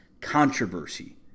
Controversy